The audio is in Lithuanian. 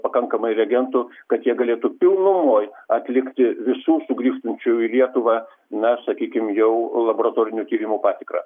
pakankamai reagentų kad jie galėtų pilnumoj atlikti visų sugrįžtančių į lietuvą na sakykim jau laboratorinių tyrimų patikrą